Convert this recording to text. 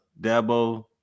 Dabo